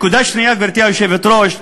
גברתי היושבת-ראש,